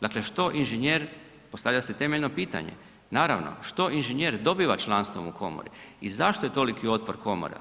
Dakle što inženjer, postavlja se temeljno pitanje, naravno što inženjer dobiva članstvom u komori i zašto je toliki otpor komora?